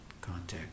contact